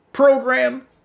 program